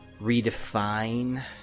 redefine